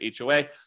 HOA